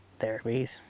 therapies